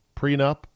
prenup